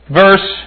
verse